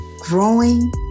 growing